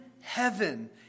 heaven